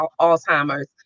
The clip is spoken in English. Alzheimer's